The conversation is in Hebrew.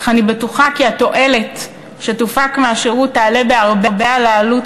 אך אני בטוחה כי התועלת שתופק מהשירות תעלה בהרבה על העלות,